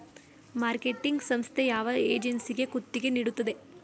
Marketing ಸಂಸ್ಥೆ ಯಾವ ಏಜೆನ್ಸಿಗೆ ಗುತ್ತಿಗೆ ನೀಡುತ್ತದೆ?